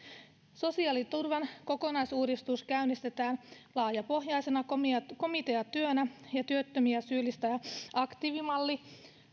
sosiaaliturvan kokonaisuudistus käynnistetään laajapohjaisena komiteatyönä komiteatyönä ja työttömiä syyllistävä aktiivimalli